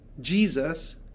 Jesus